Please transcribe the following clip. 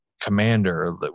commander